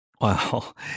Well